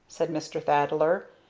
said mr. thaddler.